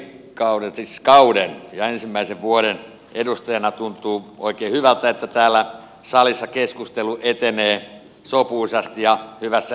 ensimmäisen kauden ja ensimmäisen vuoden edustajana tuntuu oikein hyvältä että täällä salissa keskustelu etenee sopuisasti ja hyvässä hengessä